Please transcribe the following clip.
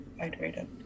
hydrated